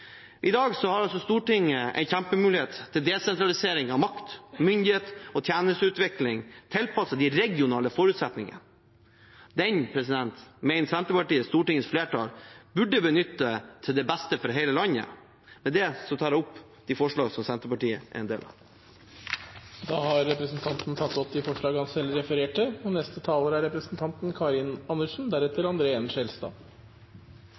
I dag har Stortinget en kjempemulighet til desentralisering av makt, myndighet og tjenesteutvikling, tilpasset de regionale forutsetningene. Den mener Senterpartiet at Stortingets flertall burde benytte til det beste for hele landet. Med det tar jeg opp de forslag Senterpartiet har lagt fram alene, og de forslag vi har fremmet sammen med SV. Representanten Willfred Nordlund har tatt opp de forslagene han refererte